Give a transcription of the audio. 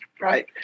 Right